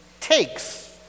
takes